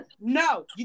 No